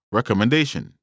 Recommendation